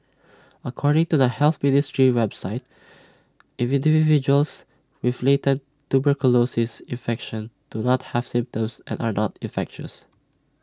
according to the health ministry's website individuals with latent tuberculosis infection do not have symptoms and are not infectious